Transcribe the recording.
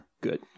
Good